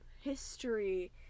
history